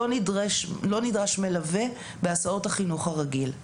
לא נדרש מלווה בהסעות החינוך הרגיל.